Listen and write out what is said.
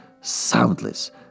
soundless